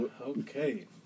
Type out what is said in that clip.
Okay